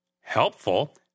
Helpful